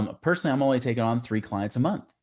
ah personally, i'm only taking on three clients a month,